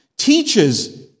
teaches